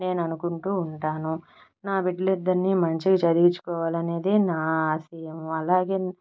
నేను అనుకుంటూ ఉంటాను నా బిడ్డలు ఇద్దరిని మంచిగా చదివించుకోవాలి అనేదే నా ఆశయం అలాగే